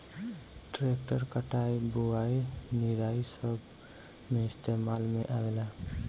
tractor कटाई, बुवाई, निराई सब मे इस्तेमाल में आवेला